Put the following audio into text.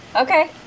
Okay